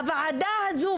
הוועדה הזו,